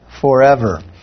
forever